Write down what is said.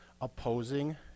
opposing